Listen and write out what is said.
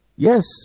Yes